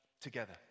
together